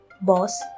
boss